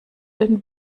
den